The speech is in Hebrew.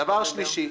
דבר שלישי,